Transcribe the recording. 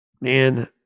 Man